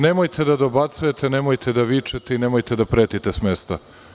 Nemojte da dobacujte, nemojte da vičete i nemojte da pretite s mesta.